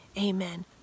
amen